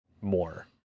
more